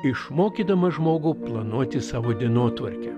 išmokydamas žmogų planuoti savo dienotvarkę